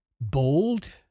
bold